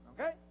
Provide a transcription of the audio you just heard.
okay